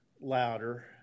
louder